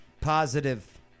positive